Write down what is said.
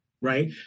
Right